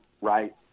right